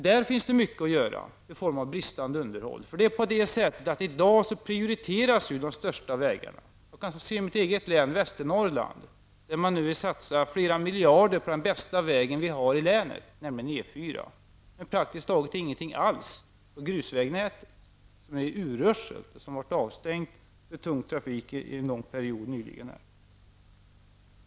Där finns det mycket att göra i form av bristande underhåll. I dag prioriteras ju de största vägarna. Jag kan se till mitt eget län, Västernorrland, där man nu vill satsa flera miljarder på den bästa väg som vi har i länet på, nämligen E 4. Man vill praktiskt taget inte satsa någonting på grusvägnätet, som är uruselt. Det har varit avstängt för tung trafik under långa perioder nyligen.